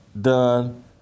done